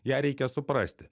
ją reikia suprasti